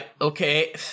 Okay